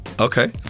Okay